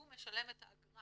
הוא משלם את האגרה.